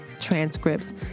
transcripts